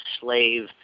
slave